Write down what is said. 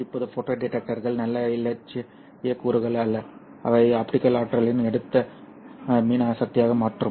இப்போது ஃபோட்டோ டிடெக்டர்கள் நல்ல இலட்சிய கூறுகள் அல்ல அவை ஆப்டிகல் ஆற்றலை எடுத்து மின் சக்தியாக மாற்றும்